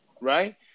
Right